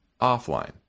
offline